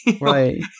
Right